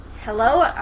Hello